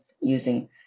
using